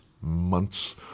months